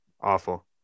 Awful